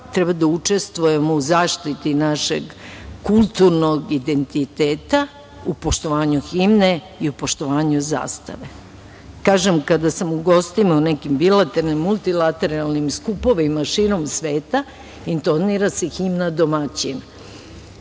treba da učestvujemo u zaštiti našeg kulturnog identiteta, u poštovanju himne i u poštovanju zastave. Kažem, kada sam u gostima u nekim bilateralnim, multilateralnim skupovima širom sveta, intonira se himna domaćina.